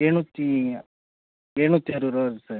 ஏழநூற்றி ஏழநூற்றி அறுபது ரூபா வருது சார்